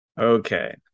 Okay